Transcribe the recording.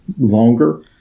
longer